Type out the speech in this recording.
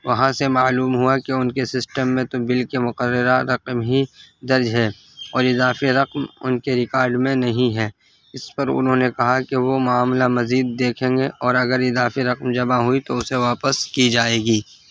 وہاں سے معلوم ہوا کہ ان کے سسٹم میں تو بل کے مقرہ رقم ہی درج ہے اور اضافی رقم ان کے ریکارڈ میں نہیں ہے اس پر انہوں نے کہا کہ وہ معاملہ مزید دیکھیں گے اور اگر اضافی رقم جمع ہوئی تو اسے واپس کی جائے گی